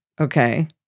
Okay